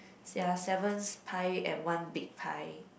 there are seven pies and one big pie